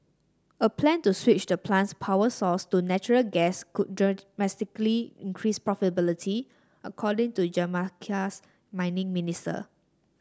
a plan to switch the plant's power source to natural gas could dramatically increase profitability according to Jamaica's mining minister